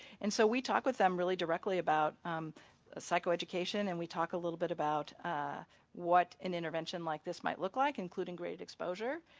and so we talk with them really directly about um psychoeducation and we talk a little bit about what an intervention like this might look like including graded exposure.